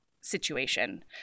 situation